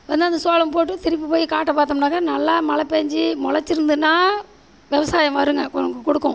இப்போ வந்து அந்த சோளம் போட்டு திருப்பி போய் காட்டை பார்த்தோம்னாக்கா நல்லா மழை பெஞ்சி முளச்சிருந்துனா விவசாயம் வரும்ங்க கு கொடுக்கும்